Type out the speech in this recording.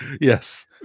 Yes